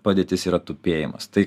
padėtis yra tupėjimas tai